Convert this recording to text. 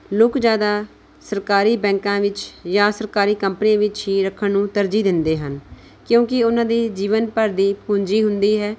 ਲੋਕ ਜ਼ਿਆਦਾ ਸਰਕਾਰੀ ਬੈਂਕਾਂ ਵਿੱਚ ਜਾਂ ਸਰਕਾਰੀ ਕੰਪਨੀਆਂ ਵਿੱਚ ਹੀ ਰੱਖਣ ਨੂੰ ਤਰਜੀਹ ਦਿੰਦੇ ਹਨ ਕਿਉਂਕਿ ਉਹਨਾਂ ਦੀ ਜੀਵਨ ਭਰ ਦੀ ਪੂੰਜੀ ਹੁੰਦੀ ਹੈ